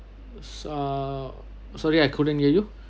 so uh sorry I couldn't hear you